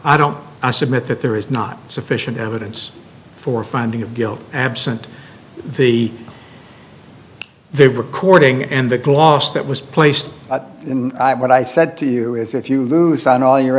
i don't i submit that there is not sufficient evidence for finding of guilt absent the they were recording and the gloss that was placed in what i said to you is if you lose on all you